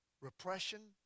repression